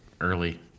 early